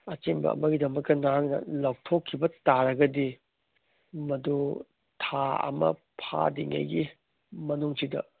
ꯑꯆꯤꯟꯕ ꯑꯃꯒꯤꯗꯃꯛꯇ ꯅꯍꯥꯛꯅ ꯂꯧꯊꯣꯛꯈꯤꯕ ꯇꯥꯔꯒꯗꯤ ꯃꯗꯨ ꯊꯥ ꯑꯃ ꯐꯥꯗ꯭ꯔꯤꯉꯩꯒꯤ ꯃꯅꯨꯡꯁꯤꯗ